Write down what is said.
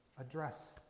address